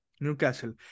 Newcastle